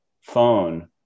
phone